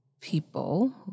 people